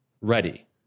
ready